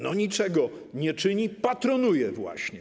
No niczego nie czyni, patronuje właśnie.